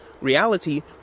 reality